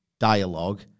dialogue